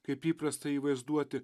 kaip įprasta jį vaizduoti